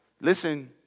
Listen